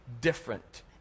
different